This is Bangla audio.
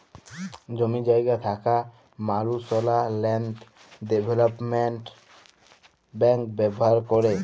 জমি জায়গা থ্যাকা মালুসলা ল্যান্ড ডেভলোপমেল্ট ব্যাংক ব্যাভার ক্যরে